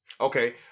Okay